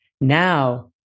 Now